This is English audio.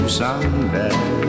someday